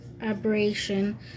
aberration